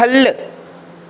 ख'ल्ल